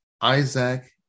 Isaac